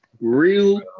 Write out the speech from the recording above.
real